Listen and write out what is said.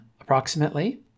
approximately